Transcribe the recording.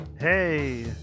hey